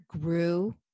grew